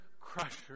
crusher